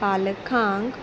पालकांक